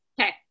Okay